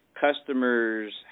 customers